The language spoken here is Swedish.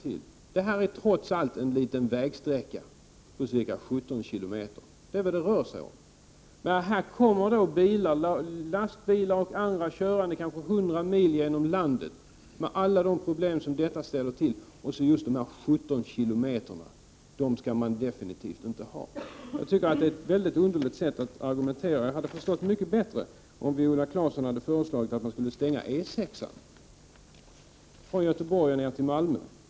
Det rör sig trots allt om en liten vägsträcka på ca 17 kilometer. Lastbilar och andra fordon kommer körande kanske 100 mil genom landet, med alla de problem som detta leder till, och så talar man om att just dessa 17 kilometer skall vi inte ha. Jag tycker att det är ett mycket underligt sätt att argumentera, och jag hade förstått argumentationen bättre om Viola Claesson hade föreslagit att man skulle stänga E 6 från Göteborg ner till Malmö.